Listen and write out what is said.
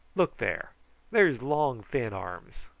look there there's long thin arms!